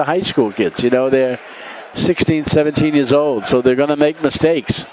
are high school kids you know they're sixteen seventeen years old so they're going to make mistakes